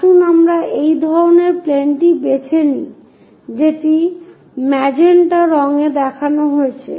আসুন আমরা এই ধরনের প্লেনটি বেছে নিই যেটি ম্যাজেন্টা রঙে দেখানো হয়